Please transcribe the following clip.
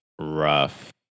rough